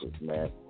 man